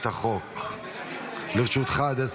חוק הרשות לפיתוח הנגב (תיקון מס' 4)